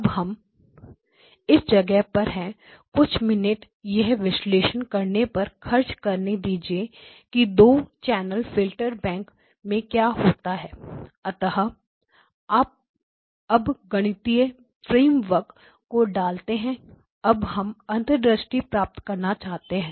अब हम इस जगह पर है कुछ मिनट यह विश्लेषण करने पर खर्च करने दीजिए कि 2 चैनल फिल्टर बैंक में क्या होता है अतः अब गणितीय फ्रेमवर्क को डालते हैं अब हम अंतर्दृष्टि प्राप्त करना चाहते हैं